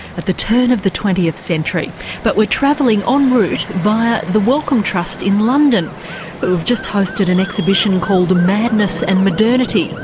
at the turn of the twentieth century but we're travelling on route via the wellcome trust in london who have just hosted a and exhibition called madness and modernity.